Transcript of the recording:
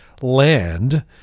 land